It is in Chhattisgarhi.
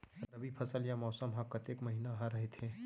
रबि फसल या मौसम हा कतेक महिना हा रहिथे?